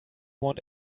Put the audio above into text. want